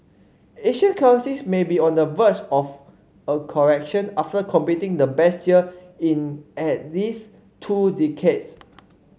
Asian currencies may be on the verge of a correction after completing the best year in at least two decades